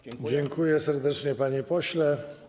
Dziękuję serdecznie, panie pośle.